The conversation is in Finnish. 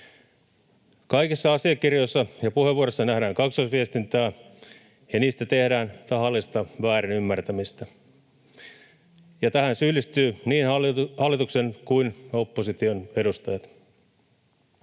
Kaikissa asiakirjoissa ja puheenvuoroissa nähdään kaksoisviestintää, ja niistä tehdään tahallista väärinymmärtämistä, ja tähän syyllistyy niin hallituksen kuin opposition edustajat.